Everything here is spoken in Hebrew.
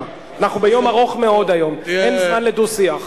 אנחנו ביום ארוך מאוד היום, אין זמן לדו-שיח.